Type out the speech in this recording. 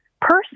person